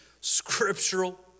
scriptural